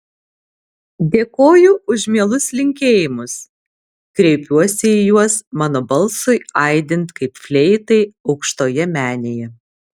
dėkoju už mielus linkėjimus kreipiuosi į juos mano balsui aidint kaip fleitai aukštoje menėje